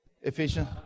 efficient